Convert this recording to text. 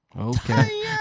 Okay